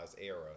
era